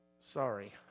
sorry